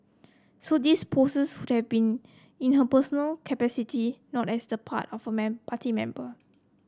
so these posts would have been in her personal capacity not as the part of a party member